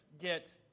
get